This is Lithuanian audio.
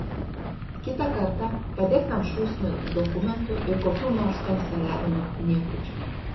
kitą kartą padėk ten šūsnį dokumentų ir kokių nors kanceliarinių niekučių